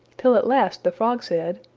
till at last the frog said,